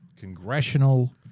Congressional